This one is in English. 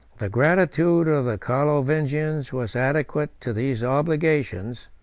the gratitude of the carlovingians was adequate to these obligations,